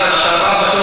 בחברי הכנסת הללו.